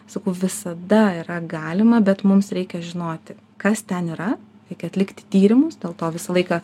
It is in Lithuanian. sakau visada yra galima bet mums reikia žinoti kas ten yra reikia atlikti tyrimus dėl to visą laiką